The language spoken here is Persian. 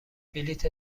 بلیت